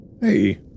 Hey